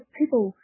people